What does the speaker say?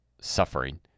suffering